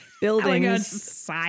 Buildings